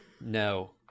No